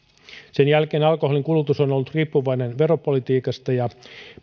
sen jälkeen alkoholinkulutus on ollut riippuvainen veropolitiikasta ja